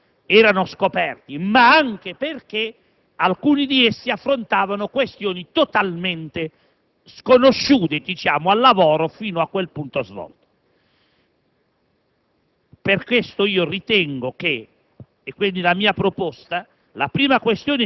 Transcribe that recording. era stata posta, decine di commi, soprattutto perché erano scoperti, ma anche perché alcuni di essi affrontavano questioni totalmente sconosciute al lavoro fino a quel punto svolto.